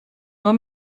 nur